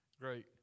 Great